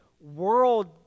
world